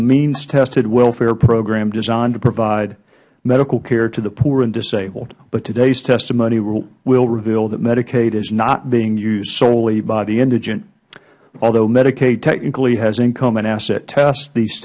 a means tested welfare program designed to provide medical care to the poor and disabled todays testimony will reveal that medicaid is not being used solely by the indigent although medicaid technically has income and asset tests these